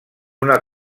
una